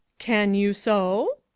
can you so?